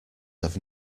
have